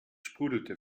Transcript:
sprudelte